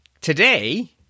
today